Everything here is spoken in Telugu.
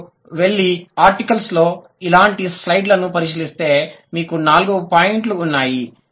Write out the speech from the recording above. మీరు వెళ్లి ఆర్టికల్స్ లో ఇలాంటి స్లైడ్లను పరిశీలిస్తే మీకు నాలుగు పాయింట్లు ఉన్నాయి